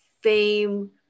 fame